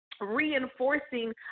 reinforcing